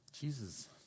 Jesus